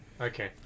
Okay